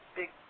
big